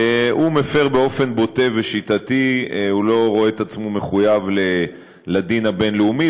הוא מפר באופן בוטה ושיטתי והוא לא רואה את עצמו מחויב לדין הבין-לאומי.